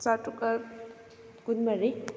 ꯆꯥꯇ꯭ꯔꯨꯛꯀ ꯀꯨꯟ ꯃꯔꯤ